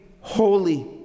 holy